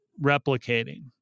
replicating